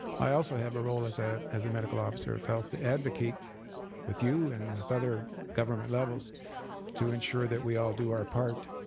i also have a role as ah as a medical officer of health to advocate with you and with other government levels to ensure that we all do our part,